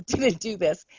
to do this,